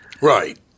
Right